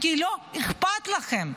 כי לא אכפת לכם.